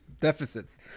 deficits